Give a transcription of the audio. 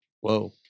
Whoa